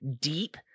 deep